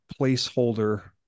placeholder